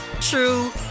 true